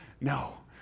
No